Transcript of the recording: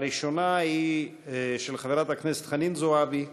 הראשונה היא של חברת הכנסת חנין זועבי,